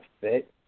fit